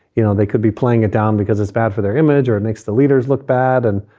you know, they could be playing it down because it's bad for their image or it makes the leaders look bad. and,